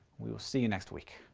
we will see you next week.